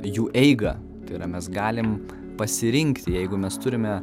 jų eigą tai yra mes galim pasirinkti jeigu mes turime